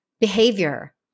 behavior